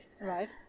Right